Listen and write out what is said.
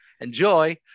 Enjoy